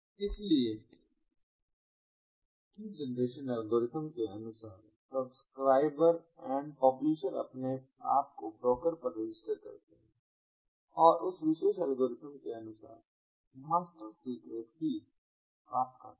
इसलिए की generation algorithm के अनुसार सब्सक्राइबर एंड पब्लिशर अपने आप को ब्रोकर पर रजिस्टर करते हैं औरउस विशेष एल्गोरिथ्म के अनुसार मास्टर सीक्रेट की प्राप्त करते हैं